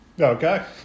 Okay